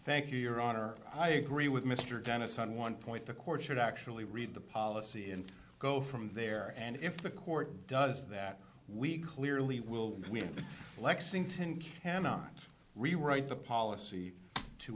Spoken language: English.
thank you your honor i agree with mr vaness on one point the court should actually read the policy and go from there and if the court does that we clearly will we lexington cannot rewrite the policy to